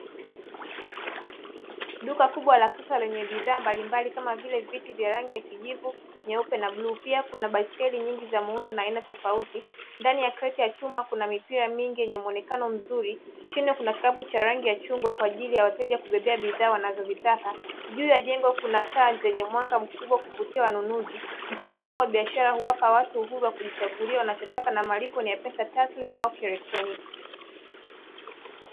Duka kubwa la kisasa lenye bidhaa mbalimbali, kama vile, viti vya rangi ya kijivu, nyeupe na bluu. Pia kuna baiskeli nyingi za muundo na aina tofauti. Ndani ya kreti ya chuma kuna mipira mingi yenye muonekano mzuri. Chini kuna kikapu cha rangi ya chungwa kwa ajili ya wateja kubebea bidhaa wanazozitaka. Juu ya jengo kuna taa zenye mwanga mkubwa kuvutia wanunuzi. Mfumo huu wa biashara huwapa watu uhuru wa kujichagulia wanachotaka na malipo ni ya pesa taslimu au kieletroniki.